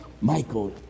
Michael